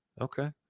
Okay